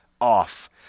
off